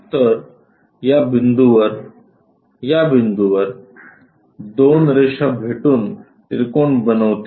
तर या बिंदूवर या बिंदूवर दोन रेषा भेटून त्रिकोण बनवतील